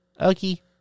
Okay